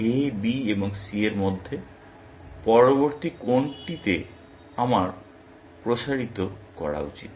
A B এবং C এর মধ্যে পরবর্তী কোনটিতে আমার প্রসারিত করা উচিত